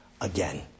again